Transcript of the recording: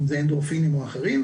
אנדורפינים ואחרים,